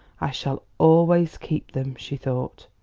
i shall always keep them, she thought.